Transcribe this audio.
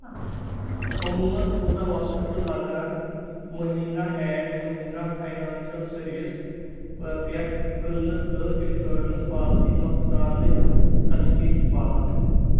عموٗمَن کوٗتاہ وقت چھُ لگان Mahindra and Mahindra financial service پٮ۪ٹھ کٔننہٕ تہِ انشورنس پالسی نۄقصانٕچ تشخیص باپتھ؟